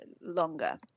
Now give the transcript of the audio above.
longer